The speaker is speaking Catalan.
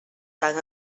tanc